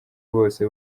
bose